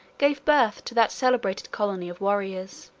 gave birth to that celebrated colony of warriors.